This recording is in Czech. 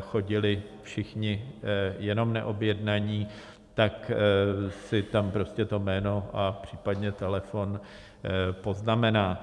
chodili všichni jenom neobjednaní tak si tam prostě to jméno a případně telefon poznamená.